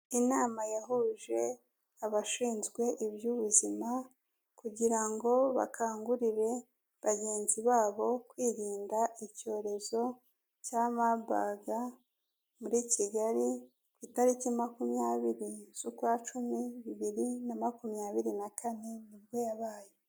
Inama yahuje abashinzwe iby'ubuzima kugira ngo bakangurire bagenzi babo kwirinda icyorezo cya Murburg muri Kigali, ku itariki makumyabiri z'ukwa cumi bibiri na makumyabiri na kane nibwo yabaye.